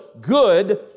good